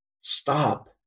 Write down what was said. stop